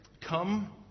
Come